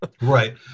Right